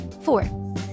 Four